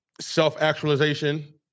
self-actualization